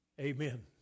amen